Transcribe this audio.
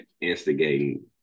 instigating